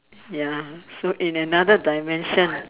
ya so in another dimension